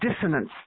dissonance